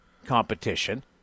competition